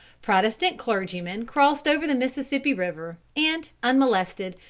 protestant clergymen crossed over the mississippi river and, unmolested,